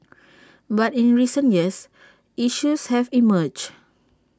but in recent years issues have emerged